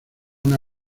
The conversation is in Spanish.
una